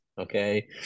okay